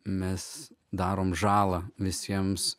mes darome žalą visiems